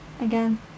again